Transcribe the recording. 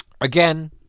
again